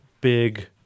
big